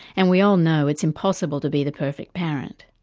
and we all know it's impossible to be the perfect parent.